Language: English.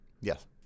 Yes